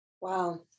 Wow